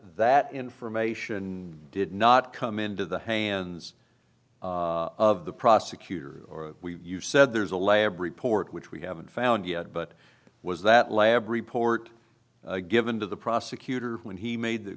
that information did not come into the hands of the prosecutor or you said there's a lab report which we haven't found yet but it was that lab report given to the prosecutor when he made th